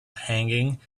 hanging